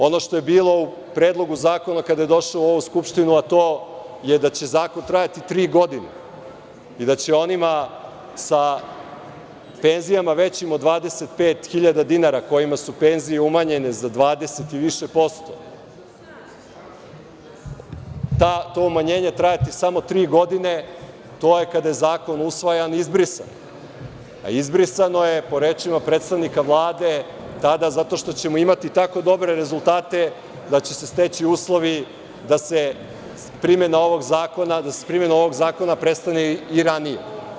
Ono što je bilo u Predlogu zakona kada je došao u ovu Skupštinu, a to je da će zakon trajati tri godine i da će onima sa penzijama većim 25.000 dinara, kojima su penzije umanjene za 20 i više posto, to umanjenje trajati samo tri godine, to je kada je zakon usvajan izbrisano, a izbrisano je, po rečima predsednika Vlade, tada zato što ćemo imati tako dobre rezultate da će se steći uslovi da primena ovog zakona prestane i ranije.